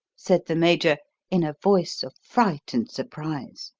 said the major in a voice of fright and surprise.